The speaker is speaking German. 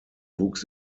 wuchs